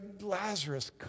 Lazarus